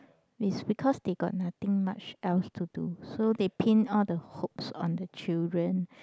it's because they got nothing much else to do so they pin all the hopes on the children